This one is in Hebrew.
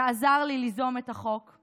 שעזר לי ליזום את החוק.